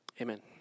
Amen